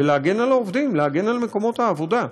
להגן על העובדים, להגן על מקומות העבודה.